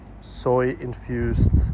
soy-infused